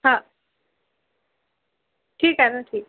हा ठीक आहे ना ठीक